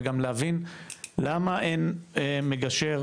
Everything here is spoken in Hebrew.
וגם להבין למה אין מגשר,